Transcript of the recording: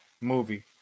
movie